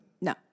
No